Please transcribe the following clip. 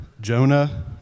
Jonah